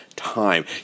time